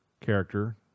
character